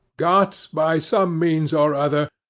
got, by some means or other,